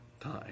time